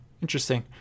interesting